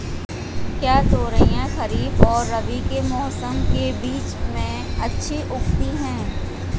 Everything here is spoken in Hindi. क्या तोरियां खरीफ और रबी के मौसम के बीच में अच्छी उगती हैं?